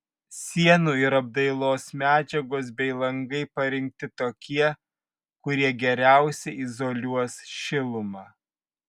sienų ir apdailos medžiagos bei langai parinkti tokie kurie geriausiai izoliuos šilumą